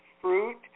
fruit